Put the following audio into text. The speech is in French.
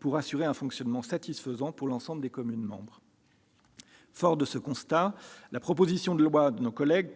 pour assurer un fonctionnement satisfaisant pour l'ensemble des communes membres. Devant ce constat, les auteurs de la proposition de loi